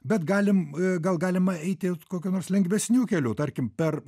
bet galim gal galima eiti kokiu nors lengvesniu keliu tarkim per